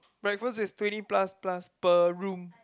breakfast is twenty plus plus per room